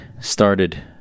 started